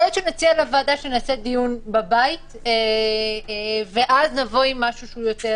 יכול להיות שנציע לוועדה שנעשה דיון בבית ונבוא עם משהו יותר